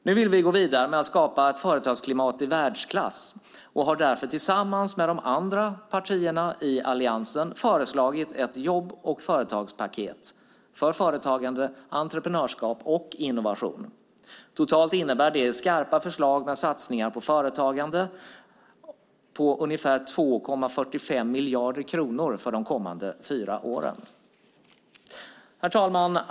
Nu vill vi gå vidare med att skapa ett företagsklimat i världsklass och har därför tillsammans med de andra partierna i Alliansen föreslagit ett jobb och företagspaket för företagande, entreprenörskap och innovation. Totalt innebär det skarpa förslag med satsningar på företagande på ungefär 2,45 miljarder kronor för de kommande fyra åren. Herr talman!